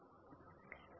M dV M